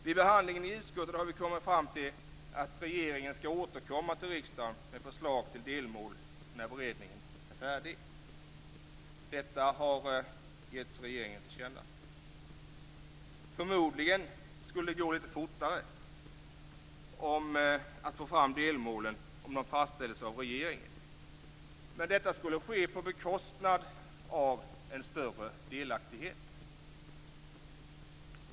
Vid behandlingen i utskottet har vi kommit fram [6~till att regeringen skall återkomma till riksdagen med förslag till delmål när beredningen är färdig. Detta har getts regeringen till känna. Förmodligen skulle det gå lite fortare att få fram delmålen om de fastställdes av regeringen, men detta skulle ske på bekostnad av en större delaktighet.